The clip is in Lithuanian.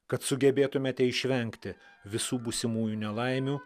kad sugebėtumėte išvengti visų būsimųjų nelaimių